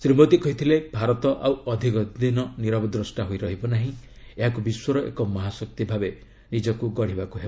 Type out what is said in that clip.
ଶ୍ରୀ ମୋଦୀ କହିଥିଲେ ଭାରତ ଆଉ ଅଧିକ ଦିନ ନିରବଦ୍ରଷ୍ଟା ହୋଇ ରହିବ ନାହିଁ ଏହାକୁ ବିଶ୍ୱର ଏକ ମହାଶକ୍ତି ଭାବେ ନିଜକୁ ଗଢ଼ିବାକୁ ହେବ